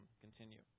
continue